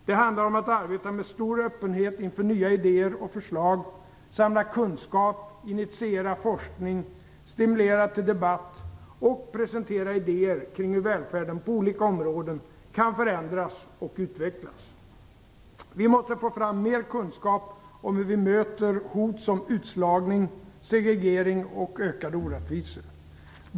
Det handlar om att arbeta med stor öppenhet inför nya idéer och förslag, samla kunskap, initiera forskning, stimulera till debatt och presentera idéer kring hur välfärden på olika områden kan förändras och utvecklas. Vi måste få fram mer kunskap om hur vi möter sådana hot som utslagning, segregering och ökade orättvisor.